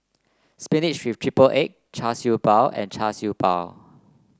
spinach with triple egg Char Siew Bao and Char Siew Bao